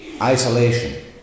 isolation